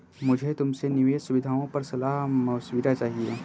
मुझे तुमसे निवेश सुविधाओं पर सलाह मशविरा चाहिए